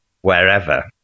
wherever